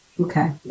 Okay